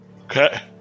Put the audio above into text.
Okay